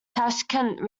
tashkent